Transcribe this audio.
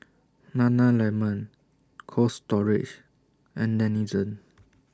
Nana Lemon Cold Storage and Denizen